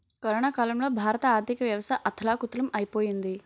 corona కాలంలో భారత ఆర్థికవ్యవస్థ అథాలకుతలం ఐపోయింది